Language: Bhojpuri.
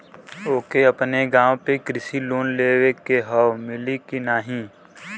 ओके अपने नाव पे कृषि लोन लेवे के हव मिली की ना ही?